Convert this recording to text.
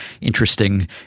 interesting